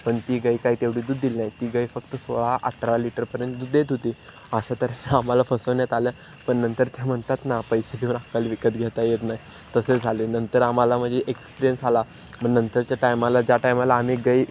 पण ती गाय काही तेवढी दूध दिली नाही ती गाय फक्त सोळा अठरा लिटरपर्यंत दूध देत होती अशा तऱ्हेने आम्हाला फसवण्यात आलं पण नंतर त्या म्हणतात ना पैशे देऊन अक्कल विकत घेता येत नाही तसे झाले नंतर आम्हाला म्हणजे एक्सपिरियन्स आला मग नंतरच्या टायमाला ज्या टायमाला आम्ही गाय